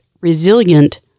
resilient